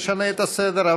נשנה את הסדר,